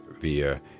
via